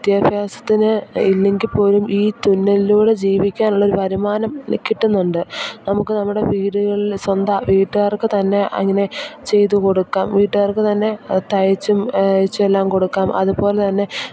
വിദ്യാഭ്യാസത്തിന് ഇല്ലെങ്കിൽ പോലും ഈ തുന്നലിലൂടെ ജീവിക്കാനുള്ളൊരു വരുമാനം കിട്ടുന്നുണ്ട് നമുക്ക് നമ്മുടെ വീടുകളിൽ സ്വന്തം വീട്ടുകാർക്ക് തന്നെ അങ്ങനെ ചെയ്തു കൊടുക്കാം വീട്ടുകാർക്ക് തന്നെ തയ്ച്ചും തയ്ച്ചു എല്ലാം കൊടുക്കാം അതുപോലെ തന്നെ